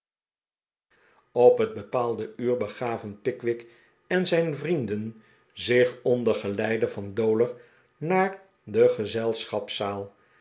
op het bepaalde uur begaven pickwick en zijn vrienden zich onder geleide van dowler naar de